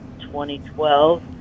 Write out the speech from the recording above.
2012